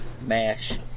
Mash